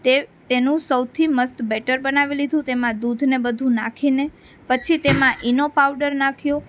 તે તેનું સૌથી મસ્ત બેટર બનાવી લીધું તેમાં દૂધને બધું નાખીને પછી તેમાં ઇનો પાવડર નાખ્યો